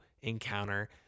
encounter